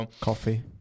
Coffee